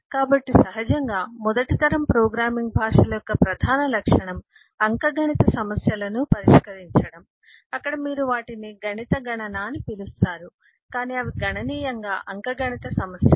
కాబట్టి సహజంగా మొదటి తరం ప్రోగ్రామింగ్ భాషల యొక్క ప్రధాన లక్షణం అంకగణిత సమస్యలను పరిష్కరించడం అక్కడ మీరు వాటిని గణిత గణన అని పిలుస్తారు కాని అవి గణనీయంగా అంకగణిత సమస్యలు